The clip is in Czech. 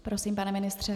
Prosím, pane ministře.